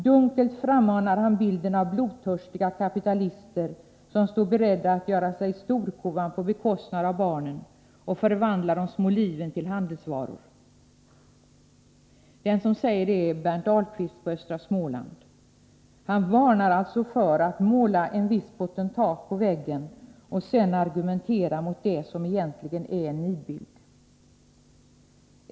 Dunkelt frammanar han bilden av blodtörstiga kapitalister som står beredda att göra sig storkovan på bekostnad av barnen och förvandla de små liven till handelsvaror.” Den som säger detta heter Berndt Ahlquist, chefredaktör på tidningen Östra Småland. Han varnar oss alltså för att måla en viss potentat på väggen och sedan argumentera mot det som egentligen är en nidbild.